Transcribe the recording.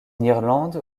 irlande